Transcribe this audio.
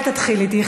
אל תתחיל איתי.